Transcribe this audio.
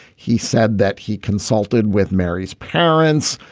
he said that he consulted with mary's parents.